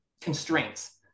constraints